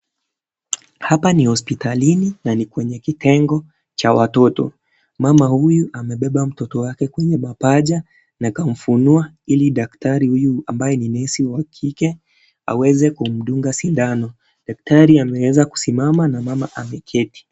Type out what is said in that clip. Hapa ni hospitalini na ni kwenye kitengo cha watoto, mama huyu amebeba mtoto wake kwenye mapaja na akamfunua ili daktari huyu ambaye ni nesi wa kike, aweze kumdunga sindano, daktari ameeza kusimama na mama ameketi.